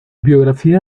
biografía